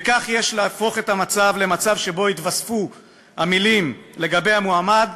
וכך יש להפוך את המצב למצב שבו יתווספו המילים "לגבי המועמד,